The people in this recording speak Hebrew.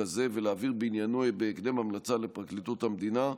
הזה ולהעביר בעניינו בהקדם המלצה לפרקליטות המדינה.